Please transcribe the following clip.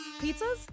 Pizzas